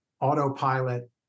autopilot